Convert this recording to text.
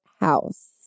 House